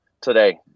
today